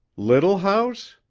little house?